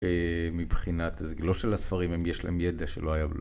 אה... מבחינת... זה לא שלספרים... הם יש להם ידע שלא היה...